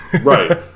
Right